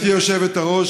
גברתי היושבת-ראש,